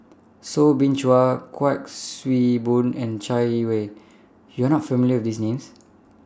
Soo Bin Chua Kuik Swee Boon and Chai Yee Wei YOU Are not familiar with These Names